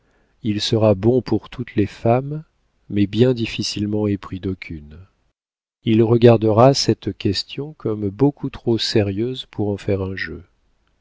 il sera bon pour toutes les femmes mais bien difficilement épris d'aucune il regardera cette question comme beaucoup trop sérieuse pour en faire un jeu